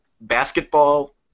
Basketball